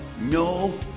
no